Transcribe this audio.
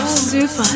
Super